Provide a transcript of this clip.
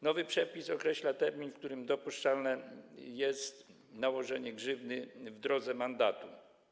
Nowy przepis określa termin, w którym dopuszczalne jest nałożenie grzywny w drodze mandatu.